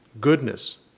goodness